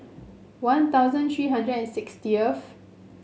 One Thousand three hundred and sixtieth